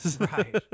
Right